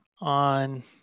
on